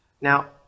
Now